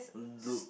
look